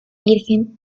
virgen